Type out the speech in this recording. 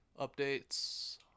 updates